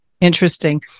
Interesting